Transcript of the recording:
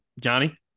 Johnny